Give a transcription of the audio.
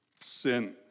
sin